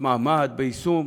מתמהמהת ביישום